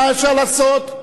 מה אפשר לעשות,